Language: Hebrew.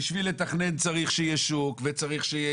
בשביל לתכנן צריך שיהיה שוק וצריך שיהיה